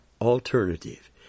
alternative